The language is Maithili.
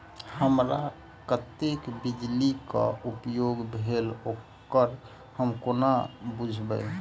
हमरा कत्तेक बिजली कऽ उपयोग भेल ओकर हम कोना बुझबै?